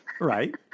Right